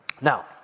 Now